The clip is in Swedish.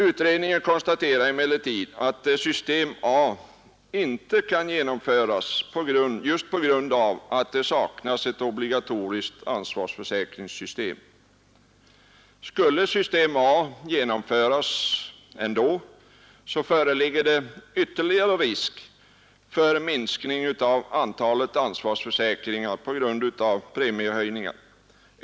Utredningen konstaterar emellertid att system A inte kan genomföras just på grund av att det saknas ett obligatoriskt ansvarsförsäkringssystem. Skulle system A genomföras ändå, föreligger det ytterligare risk för minskning av antalet ansvarsförsäkringar på grund av premichöjningar.